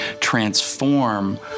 transform